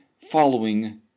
following